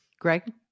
Greg